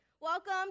Welcome